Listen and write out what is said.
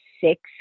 six